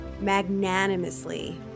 magnanimously